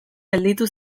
gelditu